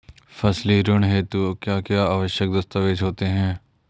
फसली ऋण हेतु क्या क्या आवश्यक दस्तावेज़ होते हैं?